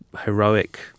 heroic